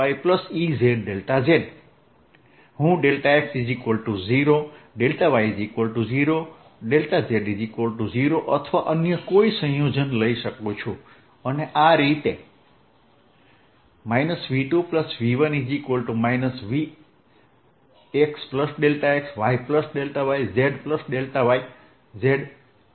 xxyyzz ExxEyyEzz હું x0 y0 z0 અથવા અન્ય કોઇ સંયોજન લઈ શકું છું